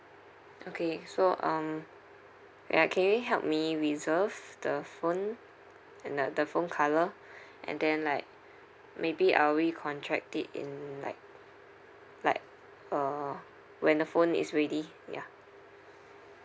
okay so um ya can you help me reserved the phone and uh the phone colour and then like maybe I'll recontract it in like like uh when the phone is ready ya